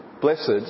Blessed